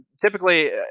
Typically